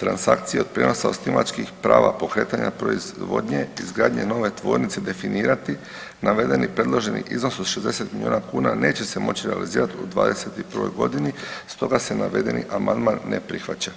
transakcije od prijenosa osnivačkih prava pokretanja proizvodnje, izgradnje nove tvornice definirati navedeni predloženi iznos od 60 milijuna kuna neće se moći realizirati u '21. g. stoga se navedeni amandman ne prihvaća.